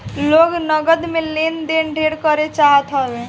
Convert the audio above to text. लोग नगद में लेन देन ढेर करे चाहत हवे